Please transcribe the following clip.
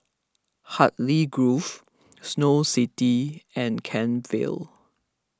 Hartley Grove Snow City and Kent Vale